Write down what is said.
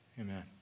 Amen